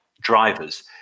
drivers